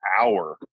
hour